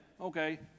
Okay